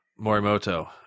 Morimoto